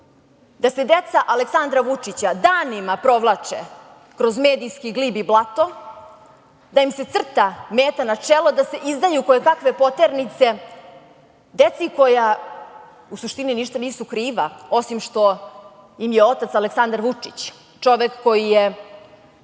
da se deca Aleksandra Vučića danima provlače kroz medijski glib i blato, da im se crta meta na čelo, da se izdaju kojekakve poternice deci koja u suštini ništa nisu kriva, osim što im je otac Aleksandar Vučić, čovek koji je